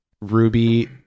Ruby